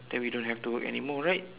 then we don't have to work anymore right